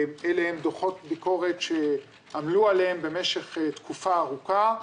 אלה הן דוחות ביקורת שעמלו עליהן במשך תקופה ארוכה,